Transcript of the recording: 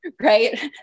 right